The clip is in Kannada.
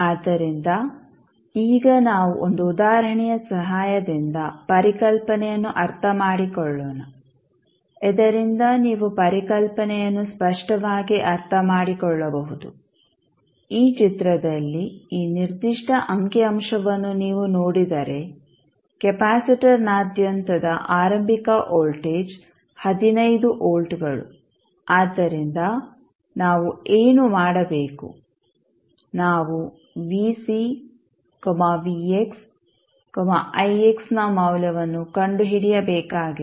ಆದ್ದರಿಂದ ಈಗ ನಾವು ಒಂದು ಉದಾಹರಣೆಯ ಸಹಾಯದಿಂದ ಪರಿಕಲ್ಪನೆಯನ್ನು ಅರ್ಥಮಾಡಿಕೊಳ್ಳೋಣ ಇದರಿಂದ ನೀವು ಪರಿಕಲ್ಪನೆಯನ್ನು ಸ್ಪಷ್ಟವಾಗಿ ಅರ್ಥಮಾಡಿಕೊಳ್ಳಬಹುದು ಈ ಚಿತ್ರದಲ್ಲಿ ಈ ನಿರ್ದಿಷ್ಟ ಅಂಕಿ ಅಂಶವನ್ನು ನೀವು ನೋಡಿದರೆ ಕೆಪಾಸಿಟರ್ನಾದ್ಯಂತದ ಆರಂಭಿಕ ವೋಲ್ಟೇಜ್ 15 ವೋಲ್ಟ್ಗಳು ಆದ್ದರಿಂದ ನಾವು ಏನು ಮಾಡಬೇಕು ನಾವು ನ ಮೌಲ್ಯವನ್ನು ಕಂಡುಹಿಡಿಯಬೇಕಾಗಿದೆ